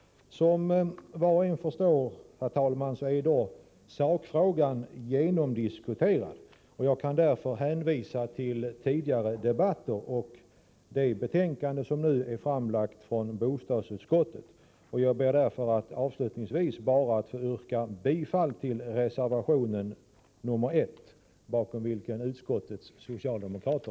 Som var och en förstår, herr talman, är sakfrågan då genomdiskuterad, och jag kan därför hänvisa till tidigare debatter och till det betänkande som nu är framlagt av bostadsutskottet. Jag ber med dessa ord att få yrka bifall till reservation 1, som avgivits av utskottets socialdemokrater.